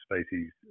species